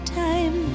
time